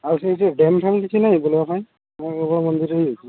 ଆଉ ସେଇ ଯେଉଁ ଡ୍ୟାମ୍ ଫ୍ୟାମ୍ କିଛି ନାହିଁ ବୁଲବା ପାଇଁ ନା କେବଳ ମନ୍ଦିର ହିଁ ଅଛି